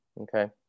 Okay